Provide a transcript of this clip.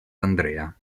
andrea